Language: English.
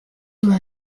were